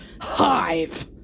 hive